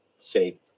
say